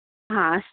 हा अस्तु